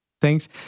Thanks